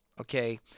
okay